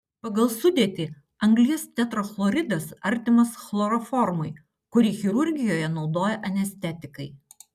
pagal sudėtį anglies tetrachloridas artimas chloroformui kurį chirurgijoje naudoja anestetikai